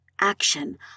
Action